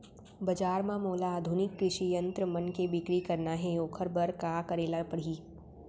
बजार म मोला आधुनिक कृषि यंत्र मन के बिक्री करना हे ओखर बर का करे ल पड़ही?